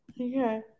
Okay